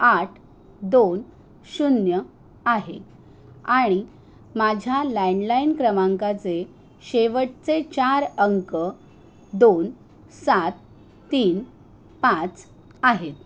आठ दोन शून्य आहे आणि माझ्या लँडलाइन क्रमांकाचे शेवटचे चार अंक दोन सात तीन पाच आहेत